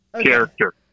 Character